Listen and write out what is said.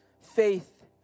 faith